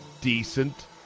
decent